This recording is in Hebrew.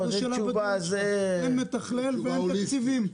אין מתכלל ואין תקציבים.